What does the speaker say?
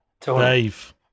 Dave